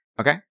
Okay